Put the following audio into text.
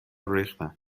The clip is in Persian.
ریختن